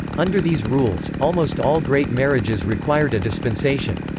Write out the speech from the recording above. under these rules, almost all great marriages required a dispensation.